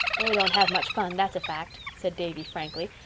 they don't have much fun, that's a fact, said davy frankly.